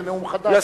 זה נאום חדש.